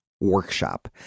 workshop